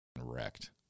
wrecked